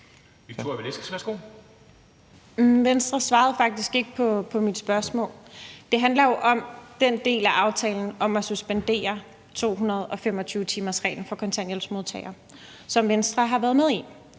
ordfører svarede faktisk ikke på mit spørgsmål. Det handler jo om den del af aftalen, der suspenderer 225-timersreglen for kontanthjælpsmodtagere, som Venstre har været med i.